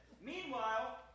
Meanwhile